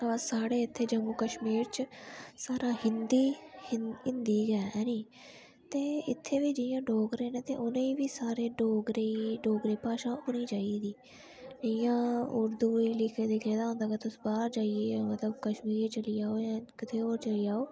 ब साढ़े इत्थै जम्मू कश्मीर च सारा हिंदु हिंदु गै ऐनी ते इत्थै जि'यां सारे डोगरे न उ'नें गी सारें गी डोगरी भाशा औनी चाहिदी इ'या उर्दू च लिखे दा होंदा ते तुस बाह्र जाइयै तुस कश्मीर चली जाओ जां कुतै होर चली जाओ